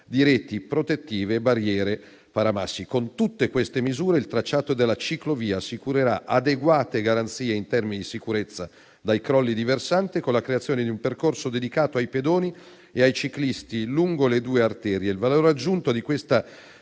di reti protettive e barriere paramassi. Con tutte queste misure, il tracciato della ciclovia assicurerà adeguate garanzie in termini di sicurezza dai crolli di versante, con la creazione di un percorso dedicato ai pedoni e ai ciclisti lungo le due arterie. Il valore aggiunto di questa